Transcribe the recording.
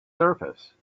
surface